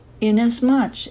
inasmuch